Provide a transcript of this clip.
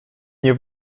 nie